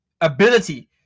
ability